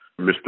Mr